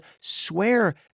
swear